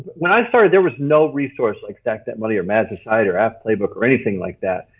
when i started there was no resources like stack that money or mad society or aff playbook or anything like that.